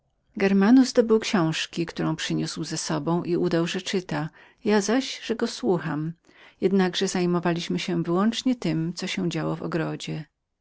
mu snu germanus dobył książki którą przyniósł był z sobą i udał że czyta ja zaś że go słucham podczas gdy zajmowaliśmy się wyłącznie tem co się działo w ogrodzie